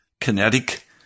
kinetic